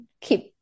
keep